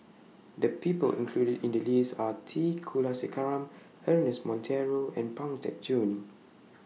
The People included in The list Are T Kulasekaram Ernest Monteiro and Pang Teck Joon